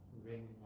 ring